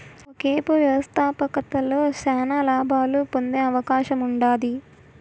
ఒకేపు వ్యవస్థాపకతలో శానా లాబాలు పొందే అవకాశముండాది